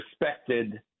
respected